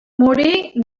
morí